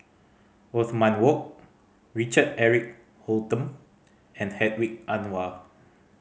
Othman Wok Richard Eric Holttum and Hedwig Anuar